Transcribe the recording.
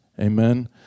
Amen